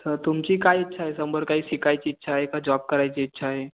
थ तुमची काय इच्छा आहे संबर काही शिकायची इच्छा आहे का जॉब करायची इच्छा आहे